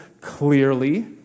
clearly